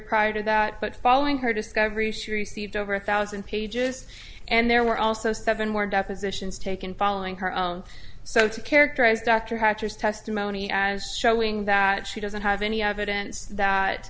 prior to that but following her discovery she received over a thousand pages and there were also seven more depositions taken following her own so to characterize dr hatcher's testimony as showing that she doesn't have any evidence that